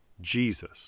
Jesus